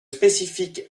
spécifiques